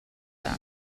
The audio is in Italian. temo